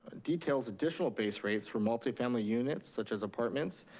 details additional base rates for multifamily units such as apartments,